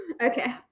Okay